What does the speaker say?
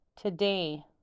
today